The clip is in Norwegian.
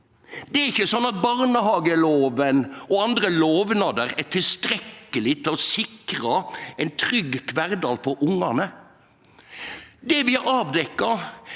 Det er ikkje slik at barnehagelova og andre lovnader er tilstrekkeleg for å sikre ein trygg kvardag for ungane. Det vi har avdekt,